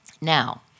Now